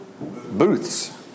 Booths